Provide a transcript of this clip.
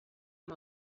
amb